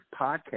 podcast